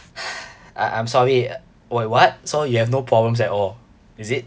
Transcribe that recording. I I'm sorry boy what so you have no problems at all is it